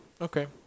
okay